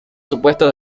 supuestos